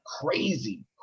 crazy